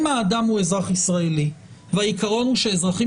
אם האדם הוא אזרח ישראלי והעיקרון הוא שאזרחים